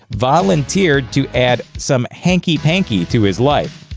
volunteered to add some hanky-panky to his life.